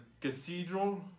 cathedral